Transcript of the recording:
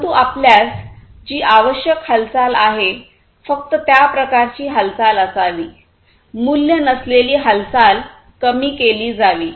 परंतु आपल्यास जी आवश्यक हालचाल आहे फक्त त्या प्रकारची हालचाल असावी मूल्य नसलेली हालचाल कमी केली जावी